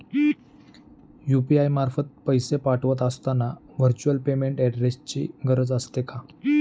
UPI मार्फत पैसे पाठवत असताना व्हर्च्युअल पेमेंट ऍड्रेसची गरज असते का?